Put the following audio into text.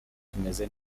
tumeze